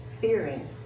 fearing